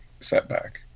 setback